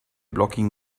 blocking